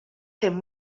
him